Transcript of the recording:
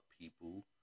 people